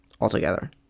altogether